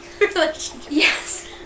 Yes